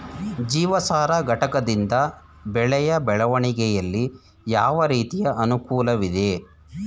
ಜೀವಸಾರ ಘಟಕದಿಂದ ಬೆಳೆಯ ಬೆಳವಣಿಗೆಯಲ್ಲಿ ಯಾವ ರೀತಿಯ ಅನುಕೂಲವಿದೆ?